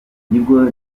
nibwo